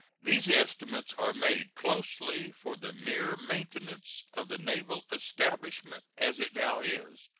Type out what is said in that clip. these estimates are made closely for the mere maintenance of the naval establishment as it now is,